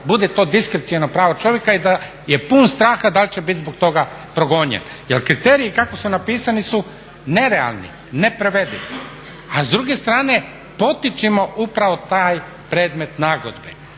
bude to diskreciono pravo čovjeka i da je pun straha da l će bit zbog toga progonjen. Jer kriteriji kako su napisani su nerealni, … a s druge strane potičemo upravo taj predmet nagodbe.